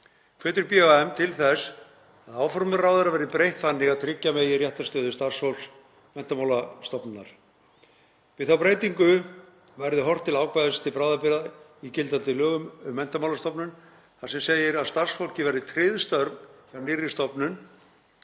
Hvetur BHM til þess að áformum ráðherra verði breytt þannig að tryggja megi réttarstöðu starfsfólks [Menntamálastofnunar]. Við þá breytingu verði horft til ákvæðis til bráðabirgða I í gildandi lögum um Menntamálastofnun þar sem segir að starfsfólki verði tryggð störf hjá nýrri stofnun